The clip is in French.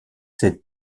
cette